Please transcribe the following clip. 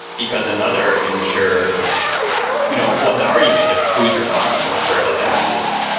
because another insurer you know won the argument of who's responsible for this accident?